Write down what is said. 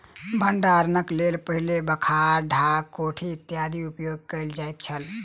भंडारणक लेल पहिने बखार, ढाक, कोठी इत्यादिक उपयोग कयल जाइत छल